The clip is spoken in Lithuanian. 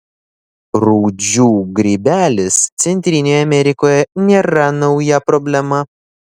rūdžių grybelis centrinėje amerikoje nėra nauja problema